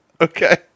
okay